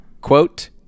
Quote